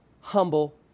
humble